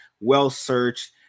well-searched